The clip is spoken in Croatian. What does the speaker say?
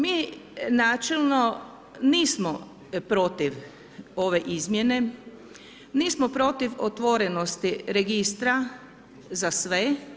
Mi načelno nismo protiv ove izmjene, nismo protiv otvorenosti registra za sve.